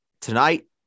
Tonight